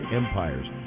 empires